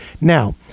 Now